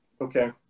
okay